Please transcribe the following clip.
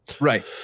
Right